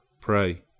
Pray